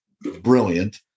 Brilliant